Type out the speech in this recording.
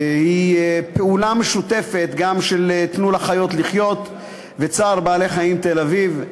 היא פעולה משותפת גם של "תנו לחיות לחיות" ו"צער בעלי-חיים" תל-אביב.